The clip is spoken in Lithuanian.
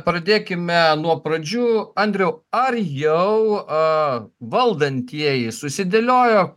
pradėkime nuo pradžių andriau ar jau a valdantieji susidėliojo